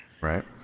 Right